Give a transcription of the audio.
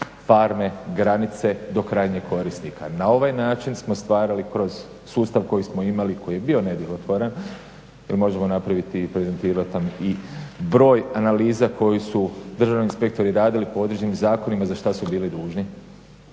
farme, granice do krajnjeg korisnika. Na ovaj način smo stvarali kroz sustav koji smo imali, koji je bio nedjelotvoran, koji možemo napraviti … /Govornik se ne razumije./… i broj analiza koji su državni inspektori radili po određenim zakonima za što su bili dužni,